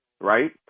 right